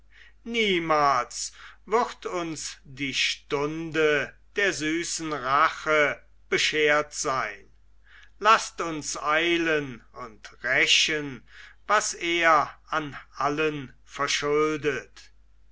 niemals würd uns die stunde der süßen rache beschert sein laßt uns eilen und rächen was er an allen verschuldet